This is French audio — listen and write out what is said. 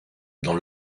dans